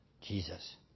Jesus